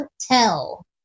Tell